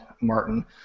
Martin